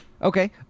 Okay